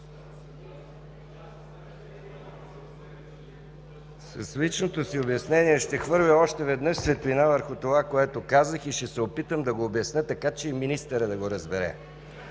С личното си обяснение ще хвърля още веднъж светлина върху това, което казах и ще се опитам да го обясня така, че и министърът да го разбере.